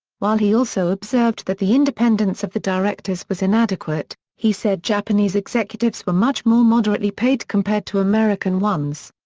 while he also observed that the independence of the directors was inadequate, he said japanese executives were much more moderately paid compared to american ones.